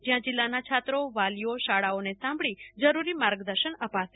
જ્યાં જિલ્લાના છાત્રો વાલીઓ શાળાઓને સાંભળી જરૂરી માર્ગદર્શન અપાશે